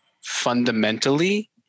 fundamentally